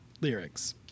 lyrics